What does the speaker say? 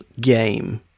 game